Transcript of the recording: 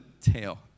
tail